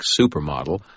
supermodel